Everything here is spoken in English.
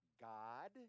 God